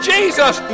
Jesus